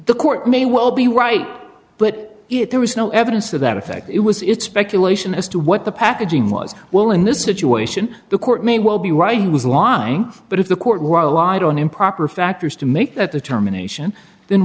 the court may well be right but if there was no evidence to that effect it was it's speculation as to what the packaging was well in this situation the court may well be right he was lying but if the court were allied on improper factors to make that determination th